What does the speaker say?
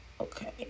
Okay